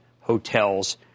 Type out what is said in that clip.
hotels